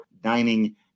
dining